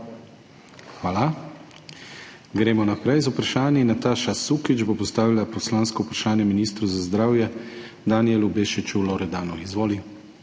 Hvala. Gremo naprej z vprašanji. Nataša Sukič bo postavila poslansko vprašanje ministru za zdravje Danijelu Bešiču Loredanu. Izvoli.